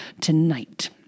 tonight